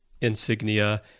insignia